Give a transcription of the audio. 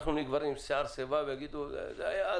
אנחנו נהיה כבר עם שיער שיבה ויגידו: זה נחקק אז